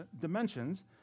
dimensions